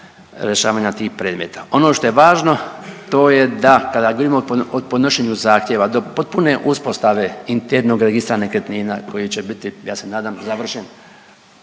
rješavanja tih predmeta. Ono što je važno to je da kada vidimo od podnošenja zahtjeva do potpune uspostave internog registra nekretnina koji će biti ja se nadam završen